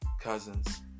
cousins